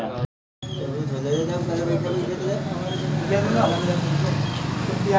हमर बेटा के कॉलेज में पैसा भेजे के बा कइसे भेजी?